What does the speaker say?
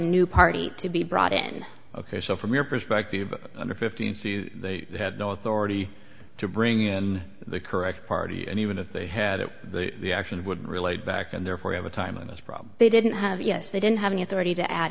new party to be brought in ok so from your perspective under fifteen c they had no authority to bring in the correct party and even if they had it the action would relate back and therefore have a time in this problem they didn't have yes they didn't have any authority to add